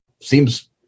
seems